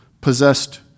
possessed